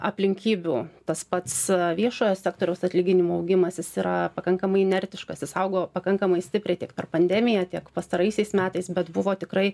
aplinkybių tas pats viešojo sektoriaus atlyginimų augimas jis yra pakankamai inertiškas jis augo pakankamai stipriai tiek per pandemiją tiek pastaraisiais metais bet buvo tikrai